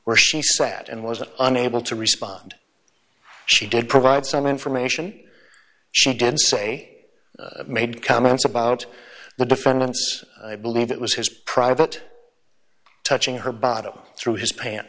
where she sat and was unable to respond she did provide some information she did say made comments about the defendants i believe it was his private touching her bottle through his